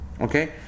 Okay